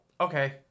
okay